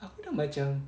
aku dah macam